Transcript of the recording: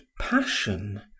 passion